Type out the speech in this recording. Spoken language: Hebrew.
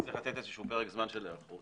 צריך לתת פרק זמן של היערכות